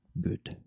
good